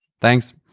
Thanks